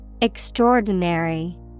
Extraordinary